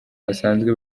basanzwe